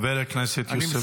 חבר הכנסת יוסף עטאונה.